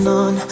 on